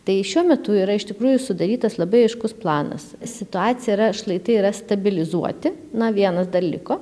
tai šiuo metu yra iš tikrųjų sudarytas labai aiškus planas situacija yra šlaitai yra stabilizuoti na vienas dar liko